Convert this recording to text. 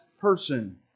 person